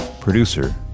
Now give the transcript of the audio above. producer